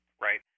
right